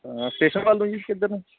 station ਵੱਲ ਨੂੰ ਜੀ ਕਿੱਧਰ ਨੂੰ